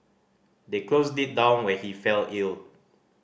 they closed it down when he fell ill